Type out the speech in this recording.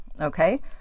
okay